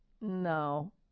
No